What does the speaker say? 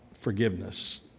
forgiveness